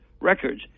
records